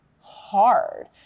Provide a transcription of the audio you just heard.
hard